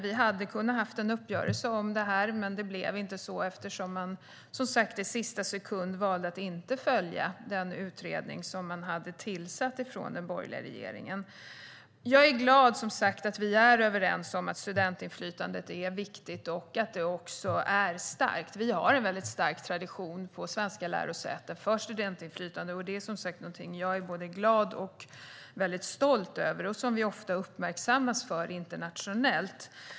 Vi hade kunnat ha en uppgörelse om detta, men det blev inte så eftersom man i sista sekunden valde att inte följa den utredning som man hade tillsatt från den borgerliga regeringen. Jag är, som sagt, glad att vi är överens om att studentinflytandet är viktigt och att det också är starkt. Vi har en mycket stark tradition på svenska lärosäten av studentinflytande. Det är någonting som jag är både glad och mycket stolt över, och det är någonting som vi ofta uppmärksammas för internationellt.